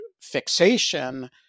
fixation